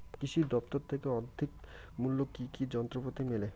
কৃষি দফতর থেকে অর্ধেক মূল্য কি কি যন্ত্রপাতি মেলে?